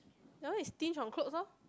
that one is stinge on clothes lor